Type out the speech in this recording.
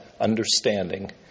understanding